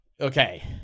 Okay